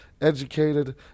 educated